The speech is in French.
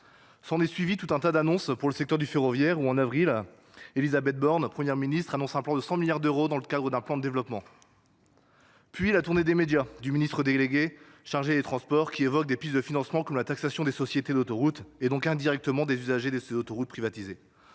s'en est suivie tout un tas d'annonces pour le secteur du ferroviaire où en avril où en avril elisabeth borne première ministre annonce un plan de cent cent milliards d'euros dans le cadre d'un plan de développement puis la tournée des médias du ministre délégué chargé des transports quii évoque des pistes de financement pistes de financement comme la taxation des sociétés d'autoroutes et donc indirectement des usagers de ces autoroutes privatisées